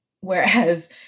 Whereas